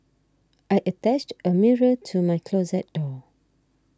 I attached a mirror to my closet door